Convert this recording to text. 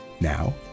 Now